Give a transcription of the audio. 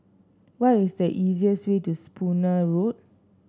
what is the easiest way to Spooner Road